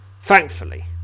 Thankfully